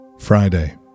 Friday